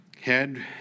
Head